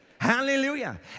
Hallelujah